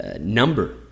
number